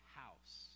house